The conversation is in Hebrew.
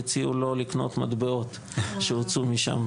הציעו לו לקנות מטבעות שהוציאו משם.